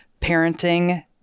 parenting